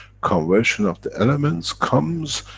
conversion of the elements comes,